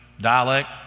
dialect